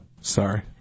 Sorry